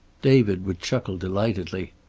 david would chuckle delightedly.